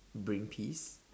bring peace